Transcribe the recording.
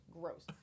gross